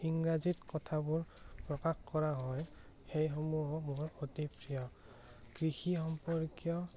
ইংৰাজীত কথাবোৰ প্ৰকাশ কৰা হয় সেইসমূহো মোৰ অতি প্ৰিয় কৃষি সম্পৰ্কীয়